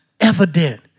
evident